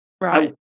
right